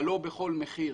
אבל לא בכל מחיר.